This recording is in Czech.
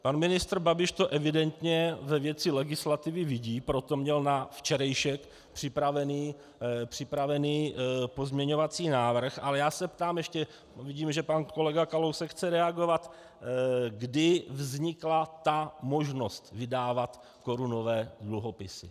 Pan ministr Babiš to evidentně ve věci legislativy vidí, proto měl na včerejšek připraven pozměňovací návrh, ale já se ptám ještě vidím, že pan Kolega Kalousek chce reagovat , kdy vznikla ta možnost vydávat korunové dluhopisy.